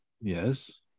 Yes